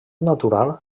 natural